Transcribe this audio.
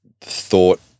thought